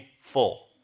full